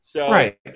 Right